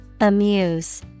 Amuse